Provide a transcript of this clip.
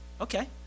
Okay